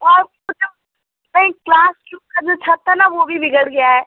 और वह जो नई क्लास के ऊपर जो छत है ना वह भी बिगड़ गया है